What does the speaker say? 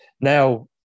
Now